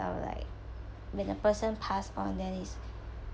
I will like when the person passed on then it's